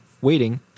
waiting